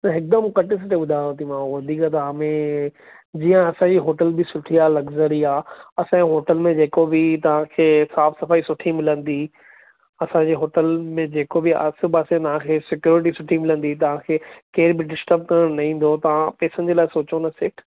हिकुदमु कटे स्टे ॿुधायोथीमांव वधीक तव्हां में जीअं असांजी होटल बि सुठी आहे लग्ज़री आहे असांजे होटल में जेको बि तव्हां खे साफ़ सफ़ाई सुठी मिलंदी असांजे होटल में जेको बि आहे आसे पासे ना आहे सिक्योरिटी सुठी मिलंदी तव्हां खे केरु बि डिस्टर्ब न ईंदो तव्हां पैसनि जे लाइ सोचियो ई न सेठि